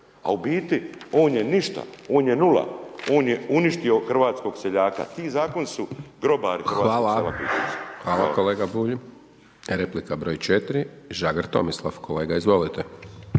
a u biti on je ništa, on je nula, on je uništio hrvatskog seljaka. Ti zakoni su grobari hrvatskog sela. **Hajdaš Dončić, Siniša (SDP)** Hvala. Hvala kolega Bulj. Replika broj 4, Žagar Tomislav, kolega, izvolite.